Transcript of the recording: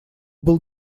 был